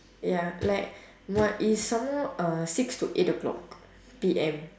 ya like no is some more uh six to eight o'clock P_M